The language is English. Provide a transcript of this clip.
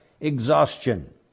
exhaustion